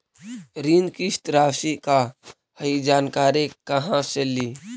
ऋण किस्त रासि का हई जानकारी कहाँ से ली?